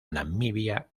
namibia